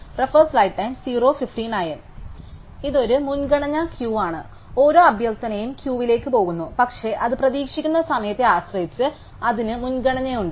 ഇതൊരു മുൻഗണനാ ക്യൂ ആണ് ഓരോ അഭ്യർത്ഥനയും ക്യൂവിലേക്ക് പോകുന്നു പക്ഷേ അത് പ്രതീക്ഷിക്കുന്ന സമയത്തെ ആശ്രയിച്ച് അതിന് മുൻഗണനയുണ്ട്